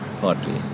Partly